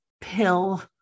pill